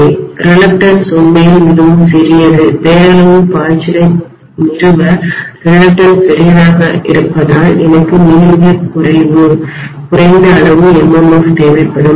தயக்கம்ரிலக்டன்ஸ் உண்மையில் மிகவும் சிறியது பெயரளவு பாய்ச்சலை நிறுவ தயக்கம்ரிலக்டன்ஸ் சிறியதாக இருப்பதால் எனக்கு மிக மிகக் குறைந்த அளவு MMF தேவைப்படும்